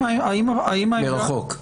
מרחוק?